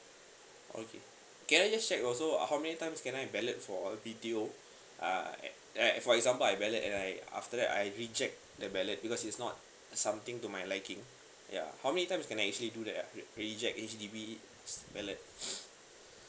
okay can I just check also uh how many times can I ballot for the B_T_O uh like for example I ballot and I after that I reject the ballot because it's not something to my liking ya how many times can I actually do that ah reject H_D_B's ballot